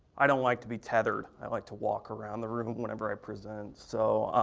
i don't like to be tethered. i like to walk around the room whenever i present, so.